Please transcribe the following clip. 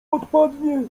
odpadnie